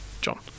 John